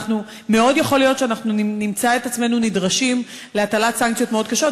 מאוד יכול להיות שאנחנו נמצא את עצמנו נדרשים להטלת סנקציות מאוד קשות.